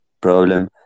problem